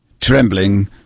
Trembling